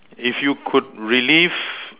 if you could relive